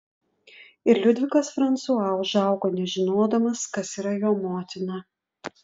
ir liudvikas fransua užaugo nežinodamas kas yra jo motina